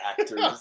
actors